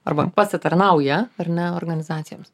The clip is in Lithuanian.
arba pasitarnauja ar ne organizacijoms